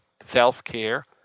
self-care